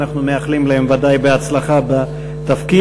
ואנחנו מאחלים להם ודאי הצלחה בתפקיד.